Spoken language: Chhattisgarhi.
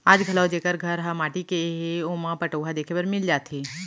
आज घलौ जेकर घर ह माटी के हे ओमा पटउहां देखे बर मिल जाथे